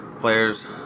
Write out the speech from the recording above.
Players